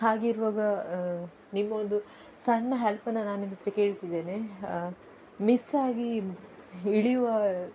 ಹಾಗಿರುವಾಗ ನಿಮ್ಮ ಒಂದು ಸಣ್ಣ ಹೆಲ್ಪನ್ನು ನಾನು ನಿಮ್ಮತ್ತಿರ ಕೇಳ್ತಿದ್ದೇನೆ ಮಿಸ್ ಆಗಿ ಇಳಿಯುವ